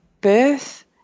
birth